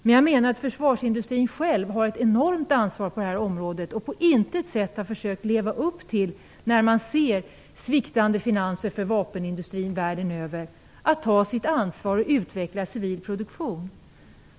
Men jag menar att försvarsindustrin har ett enormt ansvar på det här området och att den på intet vis - sett till sviktande finanser för vapenindustrin världen över - har försökt leva upp till att ta sitt ansvar och utveckla civil produktion.